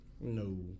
No